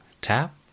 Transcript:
tap